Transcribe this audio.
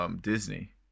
Disney